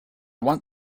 want